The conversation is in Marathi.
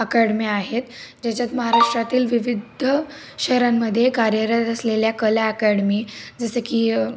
अकॅडम्या आहेत ज्याच्यात महाराष्ट्रातील विविध शहरांमध्ये कार्यरत असलेल्या कल्या अकॅडमी जसं की